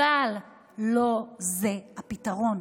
אבל לא זה הפתרון.